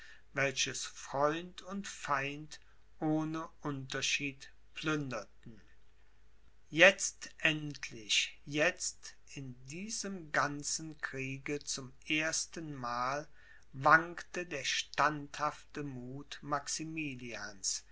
welches freund und feind ohne unterschied plünderten jetzt endlich jetzt in diesem ganzen kriege zum ersten mal wankte der standhafte muth